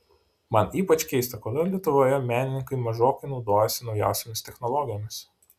man ypač keista kodėl lietuvoje menininkai mažokai naudojasi naujausiomis technologijomis